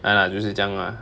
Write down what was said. !hanna! 就是这样 lah